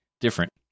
Different